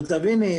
שתביני,